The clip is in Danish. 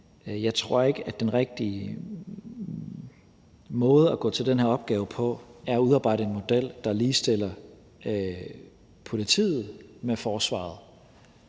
jeg ikke tror, at den rigtige måde at gå til den her opgave på er at udarbejde en model, der ligestiller politiet med forsvaret.